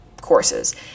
courses